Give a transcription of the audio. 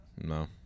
No